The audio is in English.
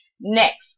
Next